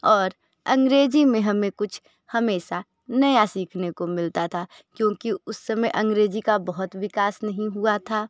और अंग्रेजी में हमें कुछ हमेशा नया सीखने को मिलता था क्योंकि उस समय अंग्रेजी का बहुत विकास नहीं हुआ था